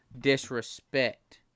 Disrespect